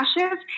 ashes